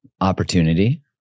opportunity